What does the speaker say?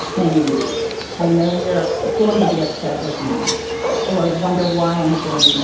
saying i know europe's going to be upset with me or wonder why i'm doing this.